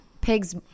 pigs